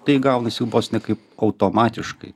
tai gaunasi vos ne kaip automatiškai